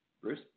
Bruce